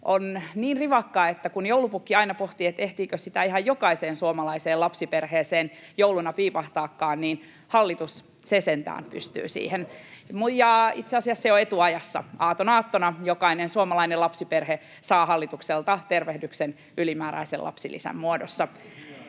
niin rivakka, että kun joulupukki aina pohtii, että ehtiikö sitä ihan jokaiseen suomalaiseen lapsiperheeseen jouluna piipahtaakaan, niin hallitus sentään pystyy siihen — ja itse asiassa jo etuajassa. Aatonaattona jokainen suomalainen lapsiperhe saa hallitukselta tervehdyksen ylimääräisen lapsilisän muodossa.